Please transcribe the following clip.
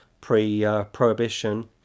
pre-prohibition